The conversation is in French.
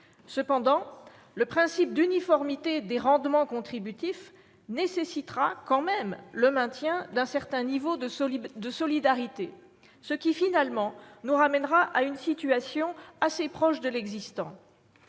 plus juste. Le principe d'uniformité des rendements contributifs nécessitera néanmoins le maintien d'un certain niveau de solidarité, ce qui, finalement, nous ramènera à une situation assez proche de l'existant.